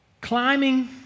climbing